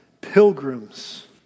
pilgrims